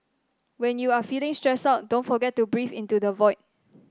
when you are feeling stressed out don't forget to breathe into the void